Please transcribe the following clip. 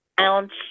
ounce